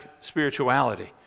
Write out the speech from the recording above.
Spirituality